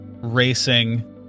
racing